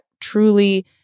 truly